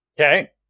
Okay